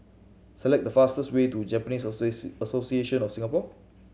select the fastest way to Japanese Association of Singapore